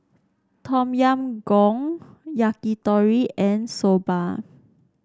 Tom Yam Goong Yakitori and Soba